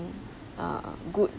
err good